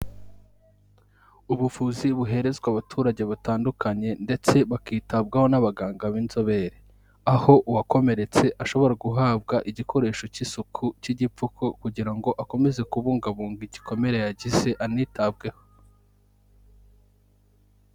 Ubuvuzi buherezwa abaturage batandukanye ndetse bakitabwaho n'abaganga b'inzobere aho uwakomeretse ashobora guhabwa igikoresho cy'isuku cy'igipfuko kugira ngo akomeze kubungabunga igikomere yagize anitabweho.